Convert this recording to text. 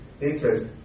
interest